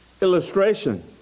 illustration